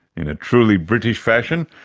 in a truly british fashion,